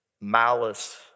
malice